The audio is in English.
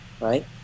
right